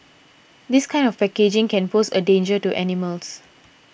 this kind of packaging can pose a danger to animals